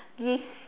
this